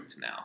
now